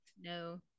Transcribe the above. no